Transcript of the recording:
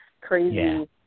crazy